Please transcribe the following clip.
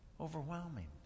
Overwhelming